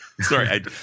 sorry